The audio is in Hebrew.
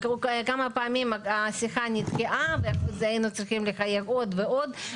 כמה פעמים השיחה נתקעה ואז היינו צריכים לחייג עוד ועוד.